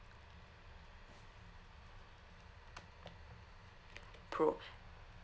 pro